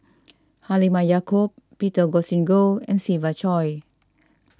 Halimah Yacob Peter Augustine Goh and Siva Choy